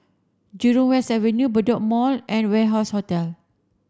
Jurong West Avenue Bedok Mall and Warehouse Hotel